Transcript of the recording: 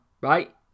right